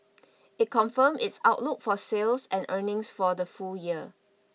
it confirmed its outlook for sales and earnings for the full year